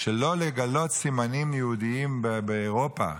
שלא לגלות סימנים יהודיים באירופה,